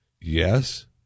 Yes